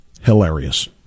hilarious